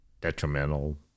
detrimental